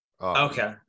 okay